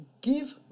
Give